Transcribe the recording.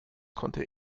konnte